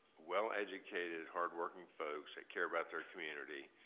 well-educated, hard-working folks that care about their community.